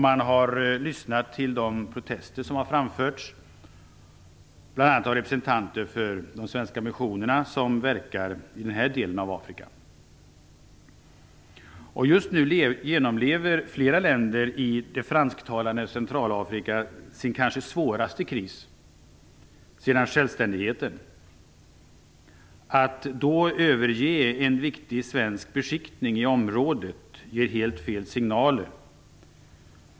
Man har lyssnat till de protester som har framförts, bl.a. av representanter för de svenska missionerna som verkar i den här delen av Just nu genomlever flera länder i det fransktalande Centralafrika sin kanske svåraste kris sedan självständigheten. Att då överge en viktig svensk beskickning i området ger helt fel signaler.